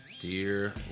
Dear